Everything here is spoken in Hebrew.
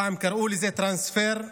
פעם קראו לזה טרנספר,